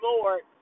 Lord